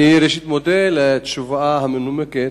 ראשית, אני מודה על התשובה המנומקת.